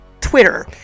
Twitter